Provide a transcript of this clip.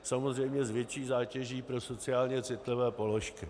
Samozřejmě s větší zátěží pro sociálně citlivé položky.